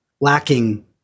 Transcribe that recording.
lacking